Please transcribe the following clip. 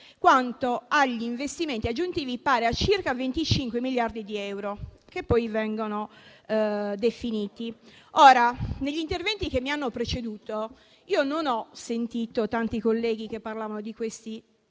ricordando gli investimenti aggiuntivi, pari a circa 25 miliardi di euro, che poi vengono definiti. Ora, negli interventi che mi hanno preceduto, non ho sentito tanti colleghi parlare di questi 25